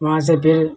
वहाँ से फिर